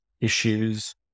issues